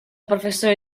professore